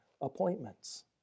appointments